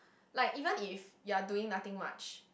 like even if you're doing nothing much